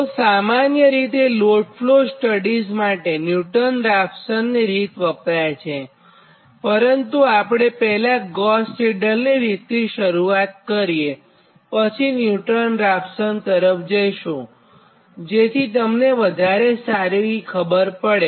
તો સામાન્ય રીતે લોડફ્લો સ્ટડીઝ માટે ન્યુટન રાપ્સનની રીત વપરાય છેપરંતુ આપણે પહેલાં ગોસ સિડલ રીતથી શરૂઆત કરીએ પછી ન્યુટન રાપ્સન તરફ જઇશુંજેથી તમને વધારે સારી ખબર પડે